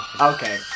okay